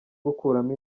gukuramo